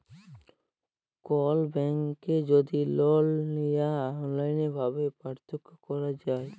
call ব্যাংকে যদি লল লিয়ার অললাইল ভাবে পার্থলা ক্যরা হ্যয়